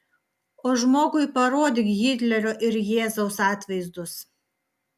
o žmogui parodyk hitlerio ir jėzaus atvaizdus